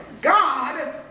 God